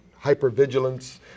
hypervigilance